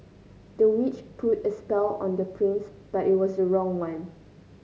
the witch put a spell on the prince but it was the wrong one